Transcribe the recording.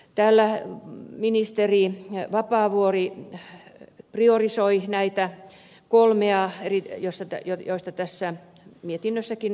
täällä ministeri vapaavuori priorisoi näitä kolmea asiaa joista tässä mietinnössäkin puhutaan